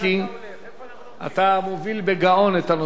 אתה מוביל בגאון את הנושא של ניצולי השואה.